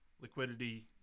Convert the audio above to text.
liquidity